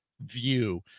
view